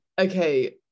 Okay